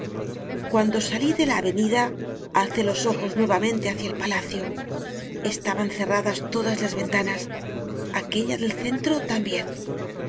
cuando salí de la avenida alcé los ojos nuevamente hacia el palacio estaban cerradas todas las ventanas aquella del cen tro también